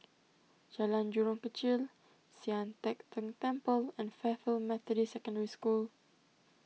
Jalan Jurong Kechil Sian Teck Tng Temple and Fairfield Methodist Secondary School